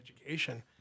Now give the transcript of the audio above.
education